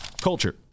Culture